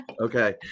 okay